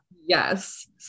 yes